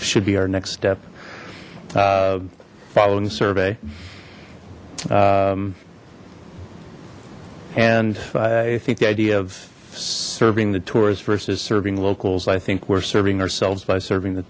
should be our next step following the survey and i think the idea of serving the tourists versus serving locals i think we're serving ourselves by serving the